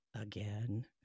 again